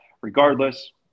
Regardless